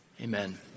Amen